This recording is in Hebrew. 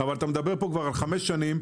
אתה מדבר פה כבר על חמש שנים,